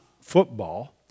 football